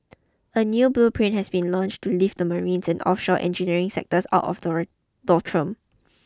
a new blueprint has been launched to lift the marines and offshore engineering sectors out of the doldrums